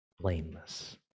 blameless